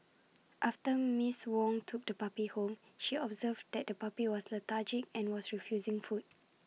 after miss Wong took the puppy home she observed that the puppy was lethargic and was refusing food